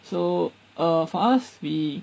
so err for us we